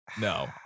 No